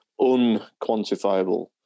unquantifiable